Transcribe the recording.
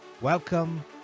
welcome